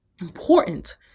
important